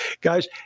guys